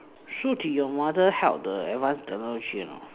so did your mother help the advance level three a not